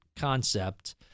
concept